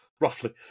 Roughly